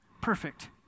Perfect